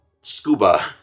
Scuba